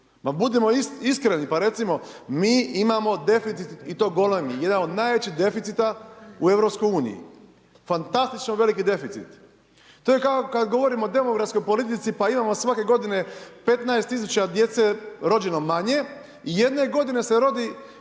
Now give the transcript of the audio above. budimo iskreni pa recimo, mi imamo deficit i to golemi. Jedan od najvećih deficita u EU. Fantastično veliki deficit. To je kao kad govorimo o demografskoj politici pa imamo svake godine 15 tisuća djece rođeno manje i jedne godine se rodi